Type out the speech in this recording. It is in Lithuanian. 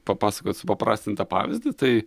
papasakot supaprastintą pavyzdį tai